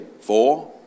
four